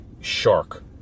shark